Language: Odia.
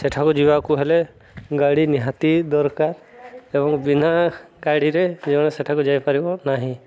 ସେଠାକୁ ଯିବାକୁ ହେଲେ ଗାଡ଼ି ନିହାତି ଦରକାର ଏବଂ ବିନା ଗାଡ଼ିରେ ଯେଣେ ସେଠାକୁ ଯାଇପାରିବ ନାହିଁ